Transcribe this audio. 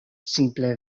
simple